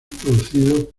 producidos